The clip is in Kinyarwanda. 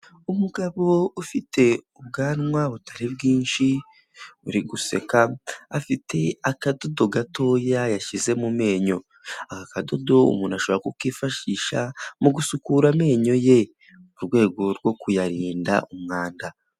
Umugabo ufite ubwanwa butari bwinshi uri guseka afite akadodo gatoya yashyize mu menyo, aka kadodo umuntu ashobora kukifashisha mu gusukura amenyo ye mu rwego rwo kuyarinda umwanda.